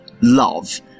love